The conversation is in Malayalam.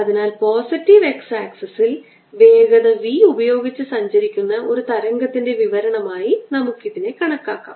അതിനാൽ പോസിറ്റീവ് x ആക്സിസിൽ വേഗത v ഉപയോഗിച്ച് സഞ്ചരിക്കുന്ന ഒരു തരംഗത്തിന്റെ വിവരണമായി നമുക്കിതിനെ കണക്കാക്കാം